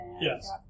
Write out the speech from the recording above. Yes